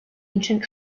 ancient